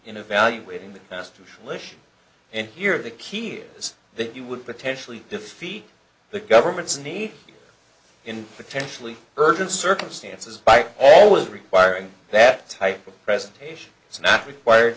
in a value waiving the constitutional issue and here the key here is that you would potentially defeat the government's need in potentially urgent circumstances by always requiring that type of presentation it's not required